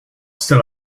still